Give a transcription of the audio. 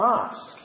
ask